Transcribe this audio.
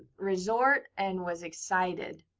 resort and was excited.